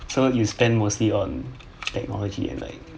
so you spend mostly on technology and like